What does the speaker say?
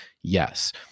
yes